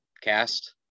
cast